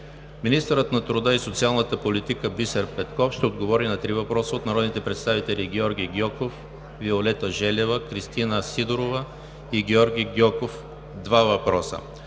Министърът на труда и социалната политика Бисер Петков ще отговори на три въпроса от народните представители Георги Гьоков, Виолета Желева и Кристина Сидорова; и Георги Гьоков – два въпроса.